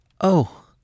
Oh